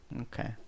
okay